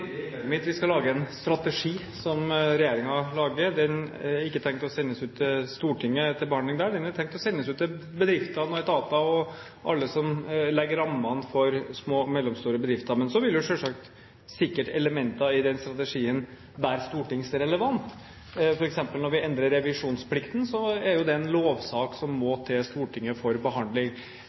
mitt. Regjeringen skal lage en strategi. Den er ikke tenkt sendt til Stortinget for behandling der, den er tenkt sendt ut til bedrifter, etater og alle som legger rammene for små og mellomstore bedrifter. Men selvsagt vil sikkert elementer i den strategien være stortingsrelevante. For eksempel når vi endrer revisjonsplikten, er jo det en lovsak som må til Stortinget for behandling.